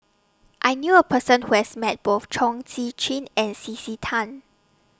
I knew A Person Who has Met Both Chong Tze Chien and C C Tan